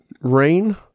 Rain